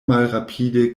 malrapide